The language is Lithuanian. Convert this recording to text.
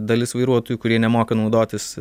dalis vairuotojų kurie nemoka naudotis